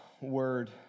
word